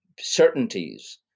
certainties